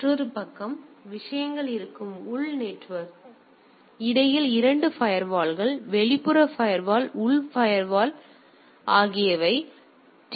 மற்றொரு பக்கம் விஷயங்கள் இருக்கும் உள் நெட்வொர்க் இடையில் 2 ஃபயர்வால்கள் வெளிப்புற ஃபயர்வால் மற்றும் உள் ஃபயர்வால் ஆகியவை உள்ளன